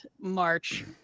March